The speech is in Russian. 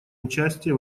участие